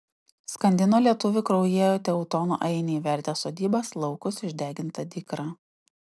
skandino lietuvį kraujyje teutonų ainiai vertė sodybas laukus išdeginta dykra